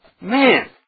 Man